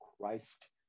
Christ